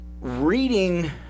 reading